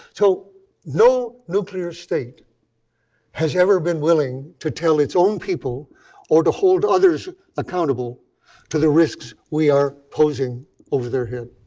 so no nuclear state has ever been willing to tell its own people or to hold others accountable to the risks we are posing over their head.